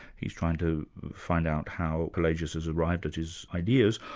he's trying to find out how pelagius has arrived at his ideas,